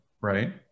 right